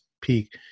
peak